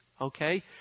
okay